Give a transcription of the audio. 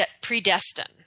predestined